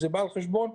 למשל,